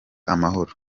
amahoro